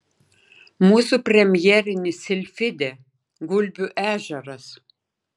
mūsų premjerinis silfidė gulbių ežeras